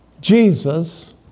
Jesus